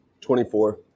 24